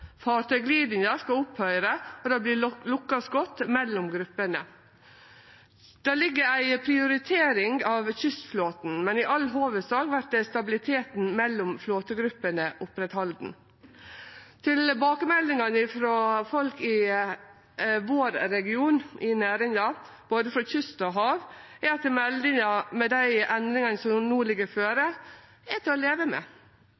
skal opphøyre, for det vert lukka skott mellom gruppene. Det ligg ei prioritering av kystflåten her, men i all hovudsak vert stabiliteten mellom flåtegruppene oppretthalden. Tilbakemeldingane frå folk i næringa i vår region, frå både kyst og hav, er at meldinga med dei endringane som no ligg føre, er til å leve med.